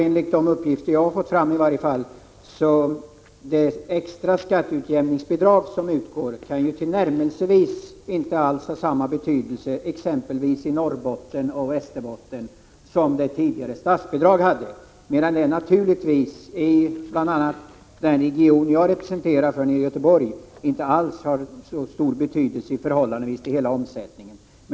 Enligt de uppgifter som jag har fått fram kan det extra skatteutjämningsbidrag som utgår inte tillnärmelsevis ha samma betydelse exempelvis i Norrbotten och Västerbotten som det tidigare statsbidraget hade. I bl.a. den region som jag representerar, nämligen Göteborg, har det naturligtvis inte alls så stor betydelse i förhållande till hela omsättningen.